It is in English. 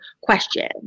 question